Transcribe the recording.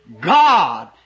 God